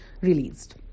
released